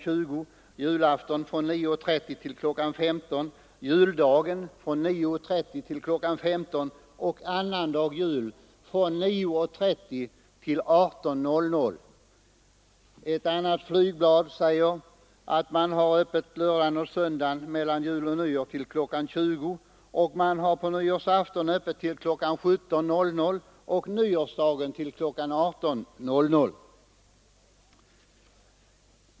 20, julafton från 9.30 till 15, juldagen från 9.30 till 15 och annandag jul från 9.30 till 18. Ett annat flygblad säger att man har öppet lördagen och söndagen mellan jul och nyår till kl. 20, nyårsafton till kl. 17 och nyårsdagen till kl. 18.